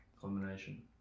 combination